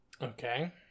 Okay